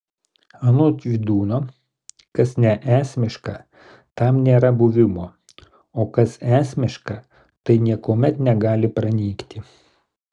anot vydūno kas neesmiška tam nėra buvimo o kas esmiška tai niekuomet negali pranykti